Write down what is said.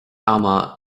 ama